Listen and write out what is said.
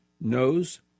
knows